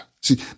See